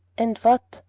and what?